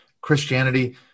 Christianity